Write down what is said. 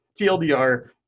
TLDR